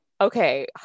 okay